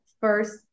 first